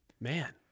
man